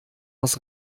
was